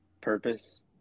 purpose